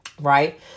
Right